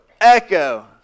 echo